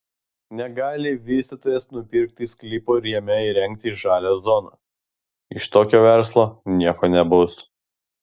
negali vystytojas nupirkti sklypo ir jame įrengti žalią zoną iš tokio verslo nieko nebus